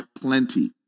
plenty